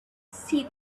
see